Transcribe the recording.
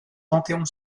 panthéon